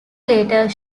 later